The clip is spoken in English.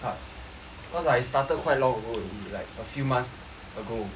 cause I started quite long already like a few months ago with my friends